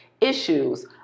issues